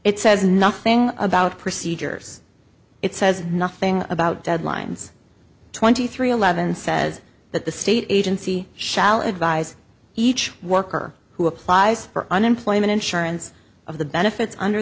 it says nothing about procedures it says nothing about deadlines twenty three eleven says that the state agency shall advise each worker who applies for unemployment insurance of the benefits under